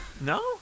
No